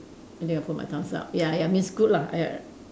I think I put my thumbs up ya ya means good lah